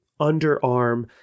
underarm